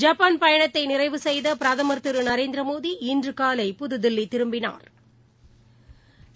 Japan பணத்தைநிறைவு செய்தபிரதமா் திருநரேந்திரமோடி இன்றுகாலை புதுதில்லிதிரும்பினாா்